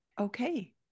Okay